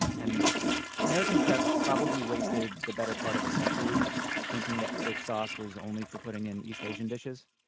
and american chefs probably wasted the better part of a century thinking that fish sauce was only for putting in east asian dishes.